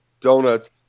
Donuts